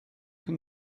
can